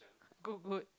good good